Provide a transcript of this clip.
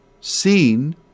seen